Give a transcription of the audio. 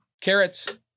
carrots